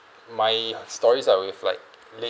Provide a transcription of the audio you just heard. my stories are with like late